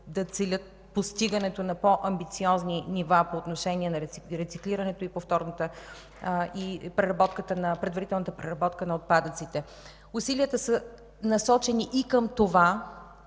целят постигането на по-амбициозни нива по отношение на рециклирането и предварителната преработка на отпадъците. Усилията са насочени и към това